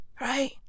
Right